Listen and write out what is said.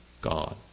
God